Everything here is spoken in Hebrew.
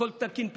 הכול תקין פתאום.